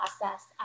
process